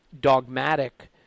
dogmatic